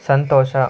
ಸಂತೋಷ